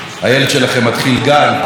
הילד שלכם מתחיל גן,